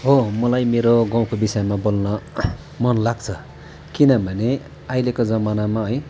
हो मलाई मेरो गाउँको विषयमा बोल्न मन लाग्छ किनभने अहिलेको जमानामा है